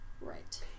right